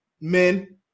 men